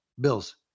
bills